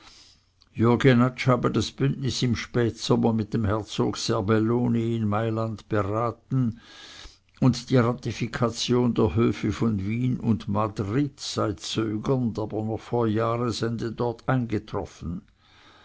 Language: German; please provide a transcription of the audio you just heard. das bündnis im spätsommer mit dem herzog serbelloni in mailand beraten und die ratifikation der höfe von wien und madrid sei zögernd aber noch vor jahresende dort eingetroffen